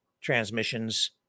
transmissions